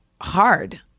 hard